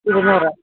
ഇരുന്നൂറ്